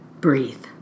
Breathe